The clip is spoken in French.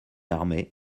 armé